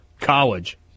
college